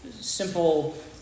simple